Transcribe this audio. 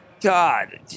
God